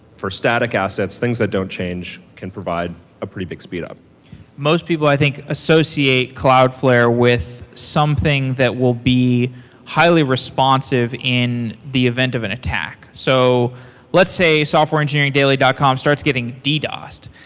for static assets, things that don't change, can provide a pretty big speed up most people, i think, associate cloudflare with something that will be highly responsive in the event of an attack. so let's say softwareengineeringdaily dot com starts getting ddos-ed.